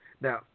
Now